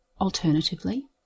Alternatively